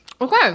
Okay